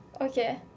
Okay